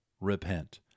repent